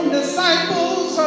disciples